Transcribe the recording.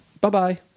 Bye-bye